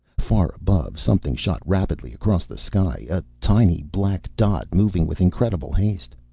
far above something shot rapidly across the sky. a tiny black dot moving with incredible haste.